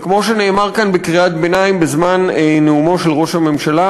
וכמו שנאמר כאן בקריאת ביניים בזמן נאומו של ראש הממשלה,